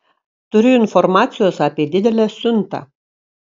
turiu informacijos apie didelę siuntą